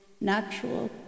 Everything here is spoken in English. natural